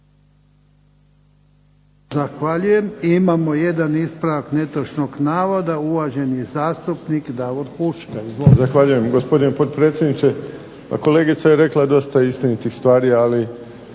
Zahvaljujem. Imamo jedan ispravak netočnog navoda, uvaženi zastupnik Davor Huška. **Huška, Davor (HDZ)** Zahvaljujem gospodine potpredsjedniče. Kolegica je rekla dosta istinitih stvari ali